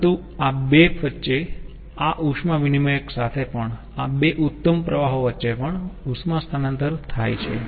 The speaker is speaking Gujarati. પરંતુ આ બે વચ્ચે આ ઉષ્મા વિનીમયક સાથે પણ આ બે ઉત્તમ પ્રવાહો વચ્ચે પણ ઉષ્મા સ્થાનાંતર થાય છે